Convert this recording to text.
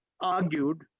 argued